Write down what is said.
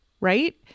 right